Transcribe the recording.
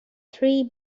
three